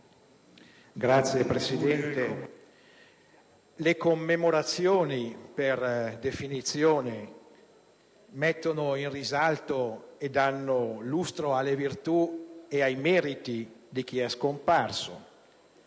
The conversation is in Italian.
Signor Presidente, le commemorazioni, per definizione, mettono in risalto e danno lustro alle virtù e ai meriti di chi è scomparso,